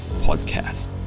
Podcast